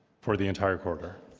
for the entire corridor.